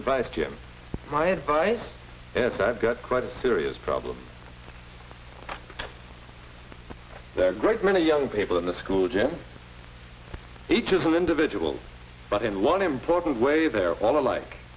advice jim my advice as i've got quite a serious problem there are a great many young people in the school gym each is an individual but in one important way they are all alike